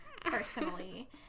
personally